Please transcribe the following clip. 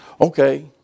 Okay